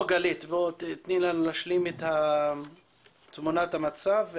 קודם נשלים את תמונת המצב.